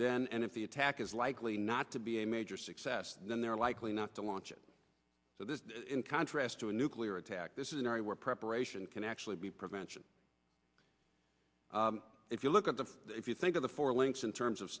then and if the attack is likely not to be a major success then they're likely not to launch it so this contrast to a nuclear attack this is an area where preparation can actually be prevention if you look at the if you think of the four links in terms of